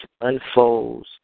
unfolds